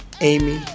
Amy